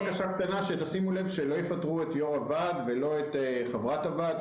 רק בקשה קטנה: שימו לב שלא יפטרו את יושב-ראש הוועד או את חברת הוועד,